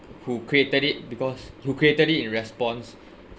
who created it because who created it in response